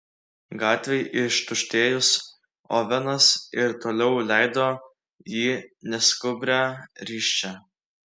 gatvei ištuštėjus ovenas ir toliau leido jį neskubria risčia